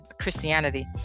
Christianity